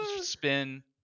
spin